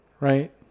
right